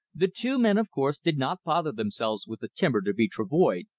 the two men, of course, did not bother themselves with the timber to be travoyed,